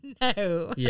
No